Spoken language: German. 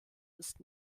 ist